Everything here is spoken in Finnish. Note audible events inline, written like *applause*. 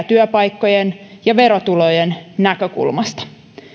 *unintelligible* työpaikkojen ja verotulojen näkökulmasta